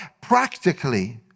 practically